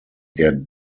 der